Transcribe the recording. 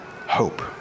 hope